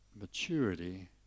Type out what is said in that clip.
maturity